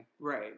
Right